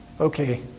okay